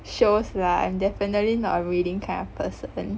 shows lah I'm definitely not a reading kind of person